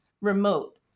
remote